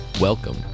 Welcome